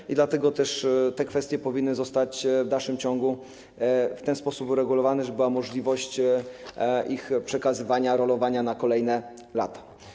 I dlatego te kwestie powinny pozostać w dalszym ciągu w ten sposób uregulowane, żeby była możliwość ich przekazywania, rolowania na kolejne lata.